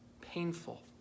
Painful